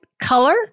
color